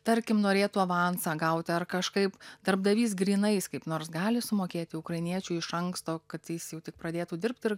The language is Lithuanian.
tarkim norėtų avansą gauti ar kažkaip darbdavys grynais kaip nors gali sumokėti ukrainiečiui iš anksto kad jis jau tik pradėtų dirbt ir